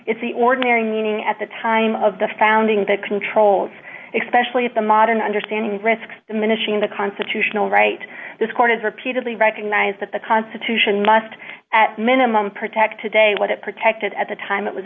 it's the ordinary meaning at the time of the founding the controls expression of the modern understanding risk diminishing the constitutional right this court has repeatedly recognized that the constitution must at minimum protect today what it protected at the time it was